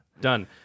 done